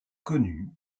connu